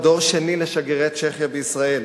הוא דור שני לשגרירי צ'כיה בישראל.